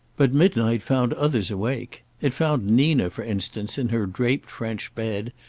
but midnight found others awake. it found nina, for instance, in her draped french bed,